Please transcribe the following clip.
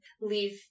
leave